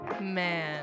Man